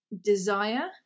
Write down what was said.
desire